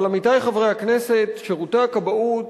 אבל, עמיתי חברי הכנסת, שירותי הכבאות